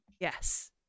yes